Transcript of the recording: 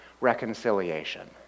reconciliation